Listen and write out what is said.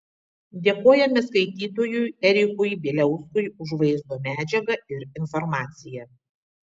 dėkojame skaitytojui erikui bieliauskui už vaizdo medžiagą ir informaciją